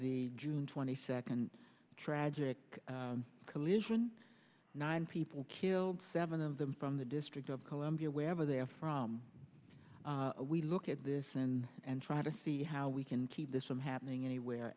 the june twenty second tragic collision nine people killed seven of them from the district of columbia wherever they are from we look at this and and try to see how we can keep this from happening anywhere